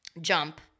jump